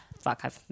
fuck